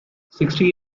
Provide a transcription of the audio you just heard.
sixty